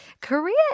Korea